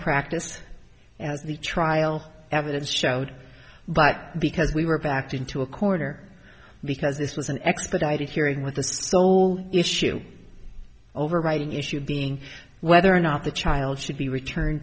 practice as the trial evidence showed but because we were backed into a corner because this was an expedited hearing with the sole issue overriding issue being whether or not the child should be return